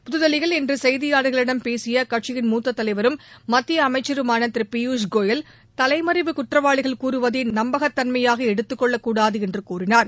புதுதில்லியில் இன்று செய்தியாளர்களிடம் பேசிய கட்சியின் மூத்த தலைவரும் மத்திய அமைச்சருமான திரு பியுஷ்கோயல் தலைமறைவு குற்றவாளிகள் கூறுவதை நம்பகத்தன்மையாக எடுத்துக்கொள்ளக்கூடாது என்று கூறினார்